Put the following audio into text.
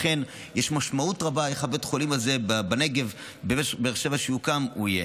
לכן יש משמעות רבה איך בית החולים הזה בנגב שיוקם בבאר שבע יהיה.